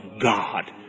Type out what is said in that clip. God